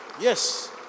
Yes